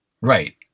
Right